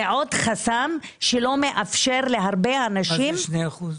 זה עוד חסם שלא מאפשר להרבה אנשים --- מה זה 2%?